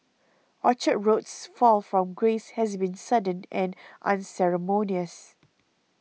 Orchard Road's fall from grace has been sudden and unceremonious